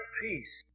peace